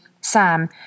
Sam